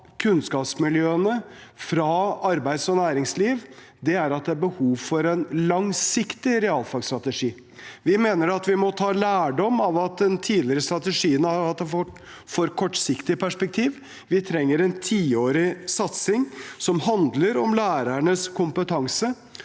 fra kunnskapsmiljøene og fra arbeids- og næringsliv er at det er behov for en langsiktig realfagsstrategi. Vi mener at vi må ta lærdom av at de tidligere strategiene har hatt et for kortsiktig perspektiv. Vi trenger en tiårig satsing som handler om lærernes kompetanse,